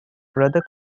brother